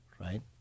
right